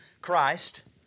Christ